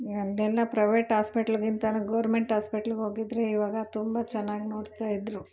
ನಮ್ದೆಲ್ಲ ಪ್ರೈವೇಟ್ ಹಾಸ್ಪಿಟ್ಲ್ಗಿಂತ ಗೋರ್ಮೆಂಟ್ ಹಾಸ್ಪಿಟ್ಲಿಗೆ ಹೋಗಿದ್ರೆ ಇವಾಗ ತುಂಬ ಚೆನ್ನಾಗ್ ನೋಡ್ತಾ ಇದ್ರು